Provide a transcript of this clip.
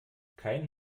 kein